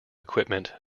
equipment